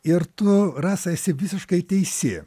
ir tu rasa esi visiškai teisi